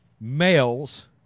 males